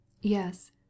Yes